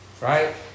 Right